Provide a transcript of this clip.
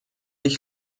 ich